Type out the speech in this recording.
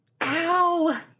Ow